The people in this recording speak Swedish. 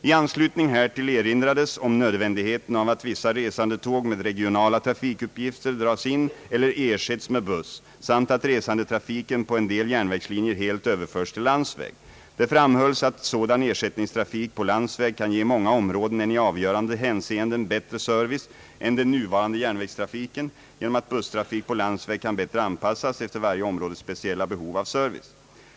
I anslutning härtill erinrades om nödvändigheten av att vissa resandetåg med regionala trafikuppgifter dras in eller ersätts med buss samt att resandetrafiken på en del järnvägslinjer helt överförs till landsväg. Det framhölls att sådan ersättningstrafik på landsväg kan ge många områden en i avgörande hänseenden bättre service än den nuvarande järnvägstrafiken genom att busstrafik på landsväg kan bättre anpassas efter varje områdes speciella behov av service.